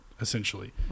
essentially